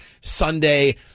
Sunday